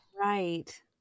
Right